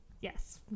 Yes